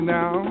now